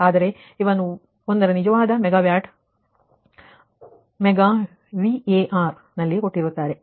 ಆದರೆ ಇವನ್ನು ಒಂದರ ನಿಜವಾದ ಮೆಗಾವ್ಯಾಟ್ ಮತ್ತು ಮೆಗಾ ವಿಎಆರ್ನಲ್ಲಿ ಕೊಟ್ಟಿರುತ್ತಾರೆ